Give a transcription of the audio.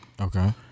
Okay